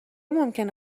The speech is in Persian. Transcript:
ممکنه